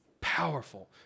powerful